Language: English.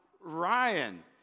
Ryan